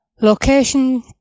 Location